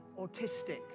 autistic